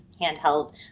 handheld